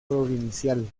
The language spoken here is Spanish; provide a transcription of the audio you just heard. provincial